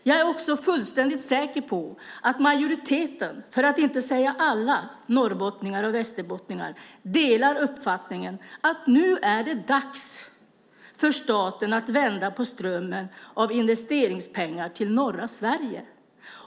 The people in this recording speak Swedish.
Jag är också fullständigt säker på att majoriteten, för att inte säga alla norrbottningar och västerbottningar, delar uppfattningen att det nu är dags för staten att vända på strömmen av investeringspengar till norra Sverige.